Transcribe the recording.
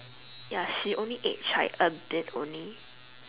ya she only aged like a bit only